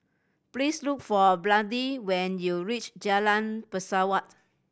please look for Brandi when you reach Jalan Pesawat